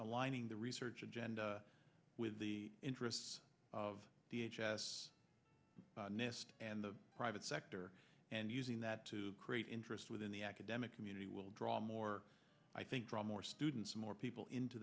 aligning the research agenda with the interests of the h s nest and the private sector and using that to create interest within the academic community will draw more i think from more students more people into